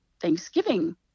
Thanksgiving